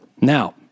Now